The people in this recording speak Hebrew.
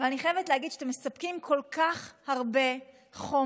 אבל אני חייבת להגיד שאתם מספקים כל כך הרבה חומר.